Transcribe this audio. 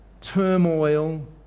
turmoil